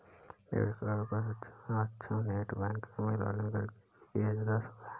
debit card को सक्षम या अक्षम नेट बैंकिंग में लॉगिंन करके भी किया जा सकता है